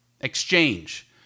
exchange